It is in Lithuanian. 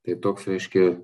tai toks reiškia